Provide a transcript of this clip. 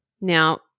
Now